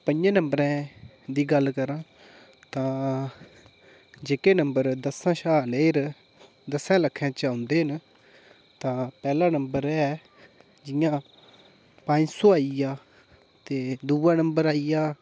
पंजें नम्बरें दी गल्ल करां तां जेह्के नम्बर दस्सें शा लेई'र दस्सें लक्खें च औंदे न तां पैह्ला नम्बर एह् ऐ जियां पंज सौ आई गेआ ते दूआ नम्बर आई गेआ